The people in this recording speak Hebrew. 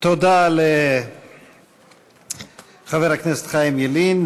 תודה לחבר הכנסת חיים ילין.